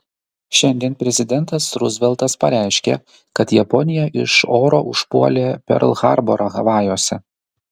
šiandien prezidentas ruzveltas pareiškė kad japonija iš oro užpuolė perl harborą havajuose